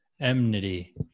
Enmity